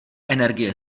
energie